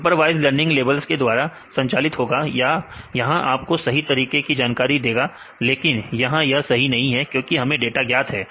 supervised learning labels के द्वारा संचालित होगा यहां आपको सही तरीके की जानकारी देगा लेकिन यहां यह सही नहीं है क्योंकि हमें डाटा ज्ञात है